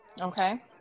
Okay